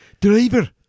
Driver